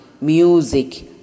music